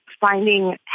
finding